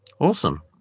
Awesome